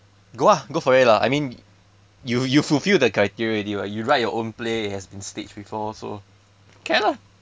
go ah go for it lah I mean you you fulfill the criteria already [what] you write your own play it has been staged before so can lah